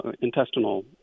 intestinal